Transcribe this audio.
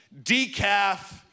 decaf